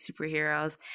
superheroes